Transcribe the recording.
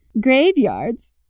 Graveyards